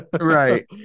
Right